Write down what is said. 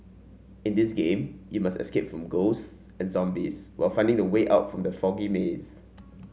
in this game you must escape from ghosts and zombies while finding the way out from the foggy maze